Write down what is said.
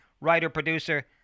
writer-producer